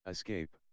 Escape